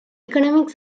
economics